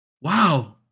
wow